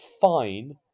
fine